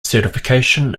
certification